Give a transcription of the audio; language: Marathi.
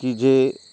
की जे